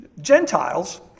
Gentiles